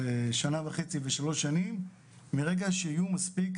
שנה וחצי ושלוש שנים מרגע שיהיו מספיק